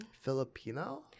Filipino